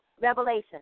revelation